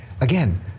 again